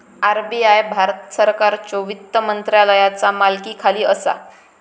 RBI Bharat सरकारच्यो वित्त मंत्रालयाचा मालकीखाली असा